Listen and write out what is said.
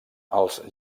els